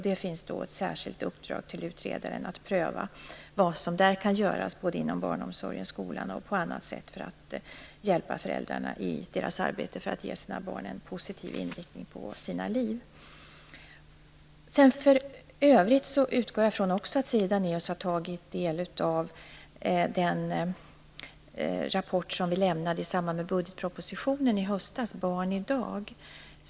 Det finns alltså ett särskilt uppdrag till utredaren att pröva vad som där kan göras i barnomsorgen, skolan och på annat sätt för att hjälpa föräldrarna i deras arbete att ge barnen en positiv inriktning på deras liv. För övrigt utgår jag också från att Siri Dannaeus har tagit del av den rapport vi lämnade i samband med budgetpropositionen i höstas, Barn i dag.